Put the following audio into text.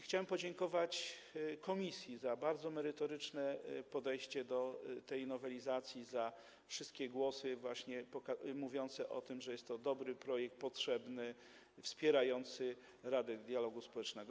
Chciałbym podziękować komisji za bardzo merytoryczne podejście do tej nowelizacji, za wszystkie głosy mówiące o tym, że jest to dobry projekt, potrzebny, wspierający Radę Dialogu Społecznego.